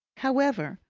however,